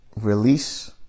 release